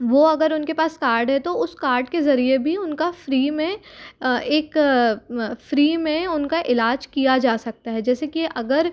वो अगर उन के पास कार्ड है तो उस कार्ड के ज़रिए भी उनका फ्री में एक फ्री में उनका इलाज किया जा सकता है जैसे कि अगर